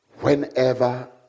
whenever